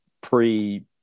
pre